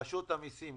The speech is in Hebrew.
רשות המיסים: